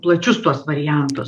plačius tuos variantus